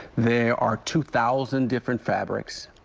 they are two thousand different fabrics.